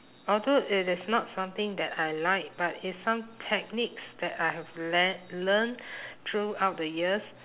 although it is not something that I like but it's some techniques that I have le~ learned throughout the years